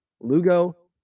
Lugo